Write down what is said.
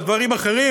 על דברים אחרים.